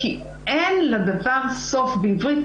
כי אין לדבר סוף בעברית.